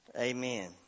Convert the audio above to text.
Amen